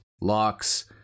locks